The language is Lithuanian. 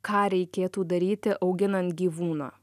ką reikėtų daryti auginant gyvūną